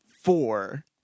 four